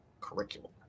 curriculum